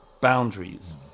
boundaries